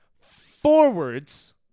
forwards